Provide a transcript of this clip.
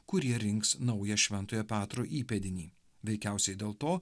kurie rinks naują šventojo petro įpėdinį veikiausiai dėl to